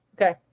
Okay